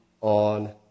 on